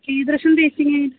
कीदृशं देस्टनेड्